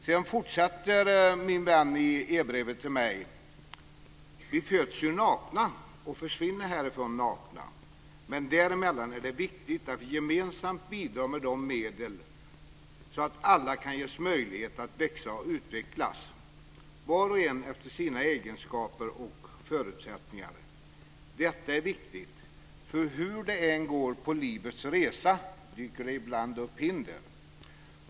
Sedan fortsätter min vän i e-brevet till mig: "Vi föds ju nakna och försvinner härifrån nakna, men däremellan är det viktigt att vi gemensamt bidrar med medel så att alla kan ges möjlighet att växa och utvecklas. Var och en efter sina egna egenskaper och förutsättningar. Detta är viktigt för hur det än går på livets resa, dyker det ibland upp hinder.